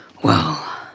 well?